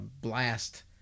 blast